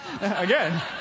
Again